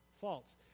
false